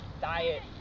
diet